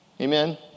Amen